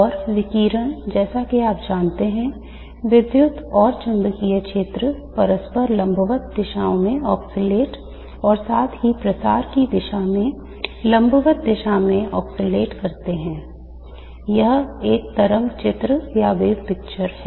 और विकिरण जैसा कि आप जानते हैं विद्युत और चुंबकीय क्षेत्र परस्पर लंबवत दिशाओं में दोलन है